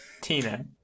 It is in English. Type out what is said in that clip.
Tina